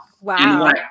Wow